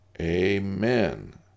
Amen